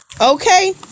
Okay